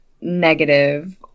negative